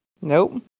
Nope